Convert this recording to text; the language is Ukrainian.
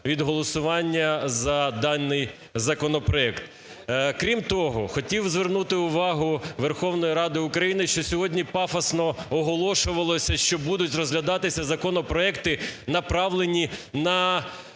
від голосування за даний законопроект. Крім того, хотів звернути увагу Верховної Ради України, що сьогодні пафосно оголошувалося, що будуть розглядатися законопроекти, направлені на